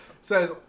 says